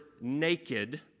naked